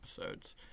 episodes